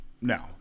no